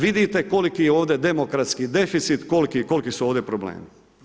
Vidite koliki je ovdje demokratski deficit, koliki su ovdje problemi.